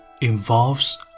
involves